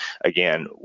Again